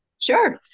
Sure